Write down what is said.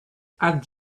add